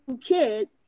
kid